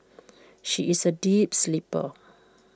she is A deep sleeper